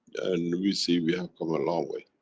and we see we have come a long way.